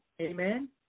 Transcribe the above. Amen